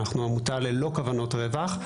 אנחנו עמותה ללא כוונות רווח.